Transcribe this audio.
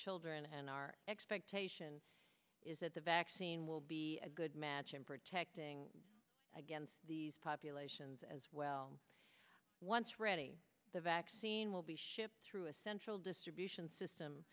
children and our expectation is that the vaccine will be a good match in protecting against these populations as well once ready the vaccine will be shipped through a center distribution